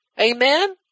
Amen